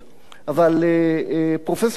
אבל פרופסור דן גלאי,